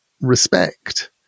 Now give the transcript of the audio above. respect